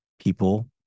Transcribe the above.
people